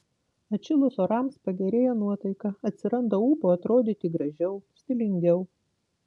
atšilus orams pagerėja nuotaika atsiranda ūpo atrodyti gražiau stilingiau